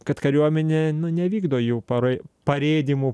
kad kariuomenė nu nevykdo jų parai parėdymų